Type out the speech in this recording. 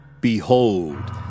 Behold